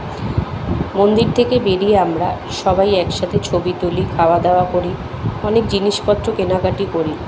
মন্দির থেকে বেরিয়ে আমরা সবাই একসাথে ছবি তুলি খাওয়া দাওয়া করি অনেক জিনিসপত্র কেনাকাটি করি